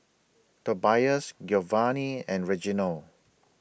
Tobias Giovanny and Reginal